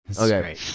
okay